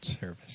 service